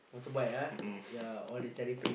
mm no